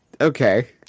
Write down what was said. Okay